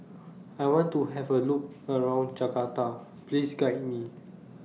I want to Have A Look around Jakarta Please Guide Me